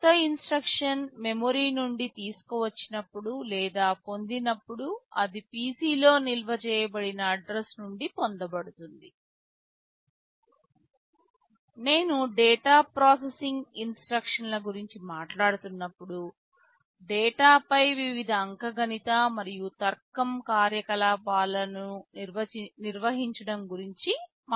క్రొత్త instruction memory నుండి తీసుకువచ్చినప్పుడు లేదా పొందినప్పుడు అది PC లో నిల్వ చేయబడిన అడ్రస్ నుండి పొందబడుతుంది నేను డేటా ప్రాసెసింగ్ ఇన్స్ట్రక్షన్ ల గురించి మాట్లాడుతున్నప్పుడు డేటాపై వివిధ అంకగణిత మరియు తర్కం కార్యకలాపాలను నిర్వహించడం గురించి మాట్లాడుదాము